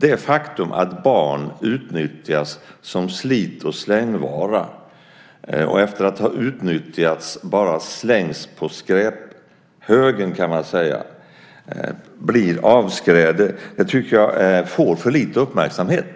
Det faktum att barn utnyttjas som slit-och-släng-vara - efter att ha utnyttjats bara slängs de på skräphögen, kan man säga, blir avskräde - tycker jag får för lite uppmärksamhet.